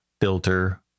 filter